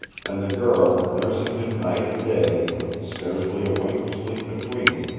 and the girl, nursing him night and day, with scarcely a wink of sleep between,